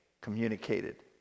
Communicated